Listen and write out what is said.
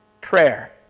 prayer